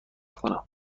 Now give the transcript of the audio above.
کنم